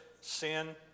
sin